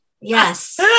Yes